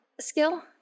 skill